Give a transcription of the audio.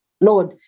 Lord